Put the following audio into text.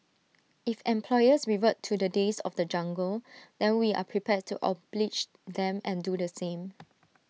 if employers revert to the days of the jungle then we are prepared to oblige them and do the same